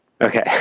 okay